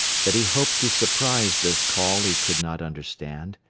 that he hoped to surprise this call he could not understand.